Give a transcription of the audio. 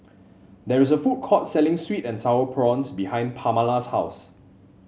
there is a food court selling sweet and sour prawns behind Pamala's house